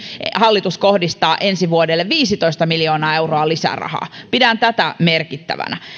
hallitus kohdistaa ensi vuodelle viisitoista miljoonaa euroa lisärahaa pidän tätä merkittävänä